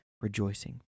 rejoicing